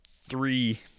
three